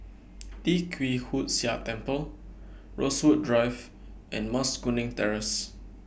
Tee Kwee Hood Sia Temple Rosewood Drive and Mas Kuning Terrace